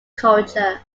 culture